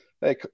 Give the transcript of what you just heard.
hey